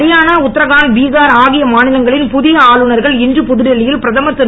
அரியானா உத்தராகண்ட் பீஹார் ஆகிய மாநிலங்களின் புதிய ஆளுநர்கள் இன்று புதுடெல்லியில் பிரதமர் திரு